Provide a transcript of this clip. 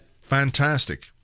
Fantastic